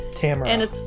tamara